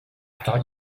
thought